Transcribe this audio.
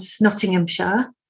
Nottinghamshire